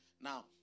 Now